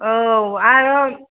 औ आरो